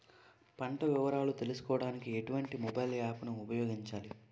పంట వివరాలు తెలుసుకోడానికి ఎటువంటి మొబైల్ యాప్ ను ఉపయోగించాలి?